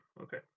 okay